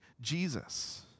Jesus